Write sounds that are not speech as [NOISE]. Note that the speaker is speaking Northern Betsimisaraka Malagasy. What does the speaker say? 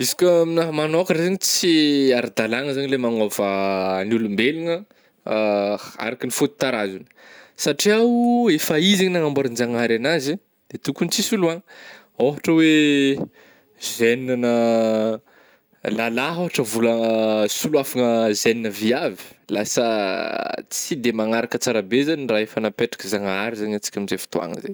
Izy ka aminah manôkagna [NOISE] zegny tsy ara-dalàhna zegny la magnôva ny olombelogna [HESITATION] araka ny foton-tarazo satria o, efa ih zegny nagnamboaran-jagnahary an'azy eh, de tokogny tsy soloagna, ôhatra hoe gène agna [HESITATION] lalahy ôhatra vola [HESITATION] solafagna gène viavy, lasa [HESITATION] tsy de magnaraka tsara be zany raha efa napetraka zagnahary zany antsika amin'izay fotoagna zay.